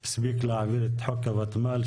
הוא הספיק להעביר את חוק הוותמ"ל,